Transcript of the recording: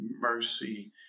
mercy